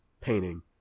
painting